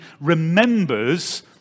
remembers